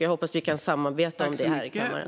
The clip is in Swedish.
Jag hoppas att vi kan samarbeta om det här i kammaren.